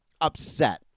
upset